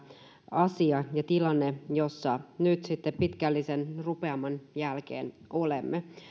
asia ja tilanne jossa nyt sitten pitkällisen rupeaman jälkeen olemme